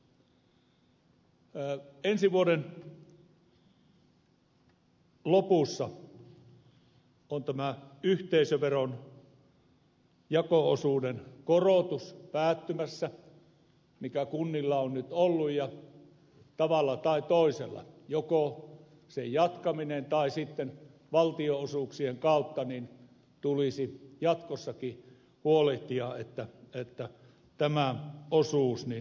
ensi vuoden lopussa on tämä yhteisöveron jako osuuden korotus päättymässä mikä kunnilla on nyt ollut ja tavalla tai toisella joko sen jatkamisella tai sitten valtionosuuksien kautta tulisi jatkossakin huolehtia että tämä korotettu osuus säilyisi kunnilla